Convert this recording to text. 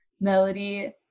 melody